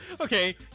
okay